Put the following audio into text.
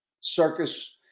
circus